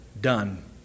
done